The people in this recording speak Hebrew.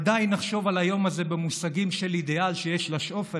עדיין נחשוב על היום הזה במושגים של אידיאל שיש לשאוף אליו,